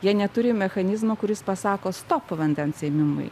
jie neturi mechanizmo kuris pasako stop vandens ėmimui